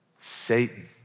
Satan